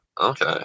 Okay